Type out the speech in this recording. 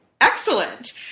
Excellent